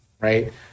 right